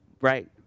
right